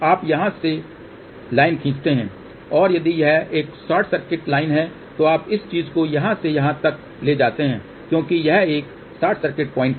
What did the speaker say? आप यहाँ से लाइन खींचते हैं और यदि यह एक शॉर्ट सर्किट लाइन है तो आप इस चीज़ को यहाँ से यहाँ तक ले जाते हैं क्योंकि यह एक शॉर्ट सर्किट पॉइंट है